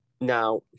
Now